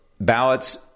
Ballots